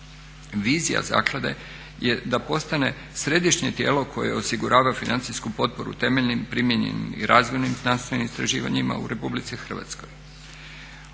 Vizija zaklade je da postane središnje tijelo koje osigurava financijsku potporu temeljnim primijenjenim i razvojnim znanstvenim istraživanjima u Republici Hrvatskoj.